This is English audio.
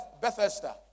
Bethesda